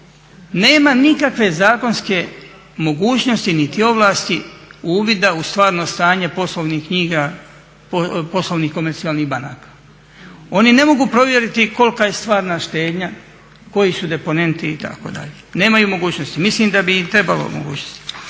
nema nikakve zakonske mogućnosti niti ovlasti uvida u stvarno stanje poslovnih knjiga poslovnih komercijalnih banaka. Oni ne mogu provjeriti kolika je stvarna štednja, koji su deponenti itd., nemaju mogućnosti. Mislim da bi im trebalo omogućiti.